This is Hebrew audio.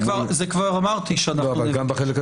את זה כבר אמרתי שנבקש.